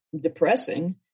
depressing